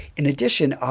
in addition,